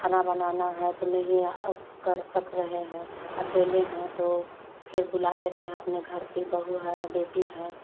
खाना बनाना है तो नहीं है कर सक रहे हैं अकेले हैं तो फिर बुला लेते हैं अपने घर की बहू है बेटी है